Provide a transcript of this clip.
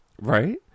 Right